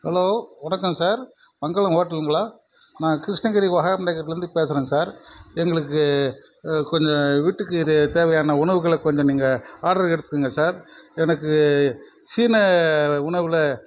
hello வணக்கம் sir Mangalam ஹோட்டலுங்களா நான் கிருஷ்ணகிரி வகாப் நகர்லருந்து பேசுகிறேன் சார் எங்களுக்கு கொஞ்சம் வீட்டுக்கு இது தேவையான உணவுகளை கொஞ்சம் நீங்கள் ஆர்டருக்கு எடுத்துகோங்க சார் எனக்கு சீன உணவில்